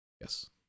Yes